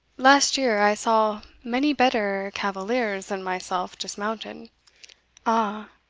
last year, i saw many better cavaliers than myself dismounted. ah!